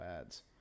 ads